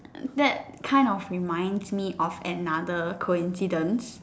that kind of reminds me of another coincidence